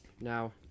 Now